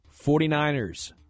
49ers